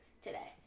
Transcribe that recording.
today